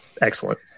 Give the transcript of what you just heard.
excellent